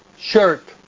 shirt